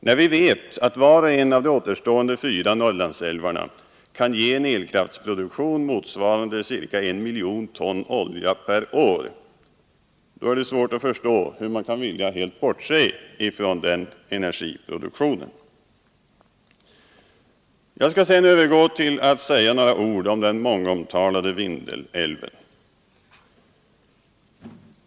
När vi vet, att var och en av de återstående fyra Norrlandsälvarna kan ge en elkraftsproduktion motsvarande ca 1 miljon ton olja per år, då är det svårt att förstå hur man kan vilja bortse ifrån denna energiproduktion. Jag skall sedan övergå till att säga några ord om den mångomtalade Vindelälven.